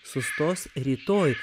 sustos rytoj